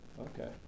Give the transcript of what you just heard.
Okay